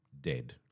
dead